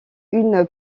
une